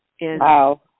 Wow